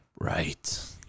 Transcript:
Right